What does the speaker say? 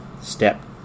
Step